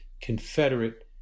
Confederate